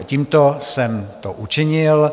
Tímto jsem to učinil.